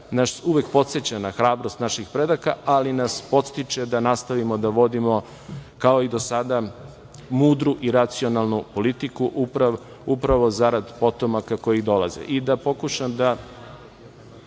uvek podseća na hrabrost naših predaka , ali nas podstiče da nastavimo da vodimo kao i do sada mudru i racionalnu politiku upravo zarad potomaka koji dolaze. I da pokušam da